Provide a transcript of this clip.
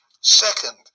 Second